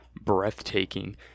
breathtaking